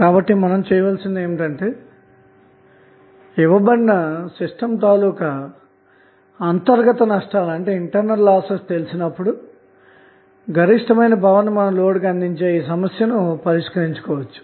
కాబట్టి మనం చేయవలసినది ఏమిటంటే ఇవ్వబడిన సిస్టం తాలూకు అంతర్గత నష్టాలు తెలిసినప్పుడు గరిష్టమైన పవర్ ని లోడ్కు అందించే ఈ సమస్యను మనం పరిష్కరించుకోవాలి